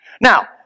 Now